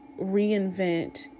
reinvent